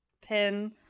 ten